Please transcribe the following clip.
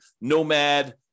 Nomad